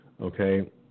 okay